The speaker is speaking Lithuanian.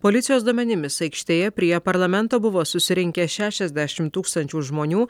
policijos duomenimis aikštėje prie parlamento buvo susirinkę šešiasdešimt tūkstančių žmonių